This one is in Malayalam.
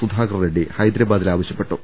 സുധാകർ റെഡ്സി ഹൈദരബാദിൽ ആവശ്യപ്പെട്ടു